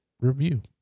review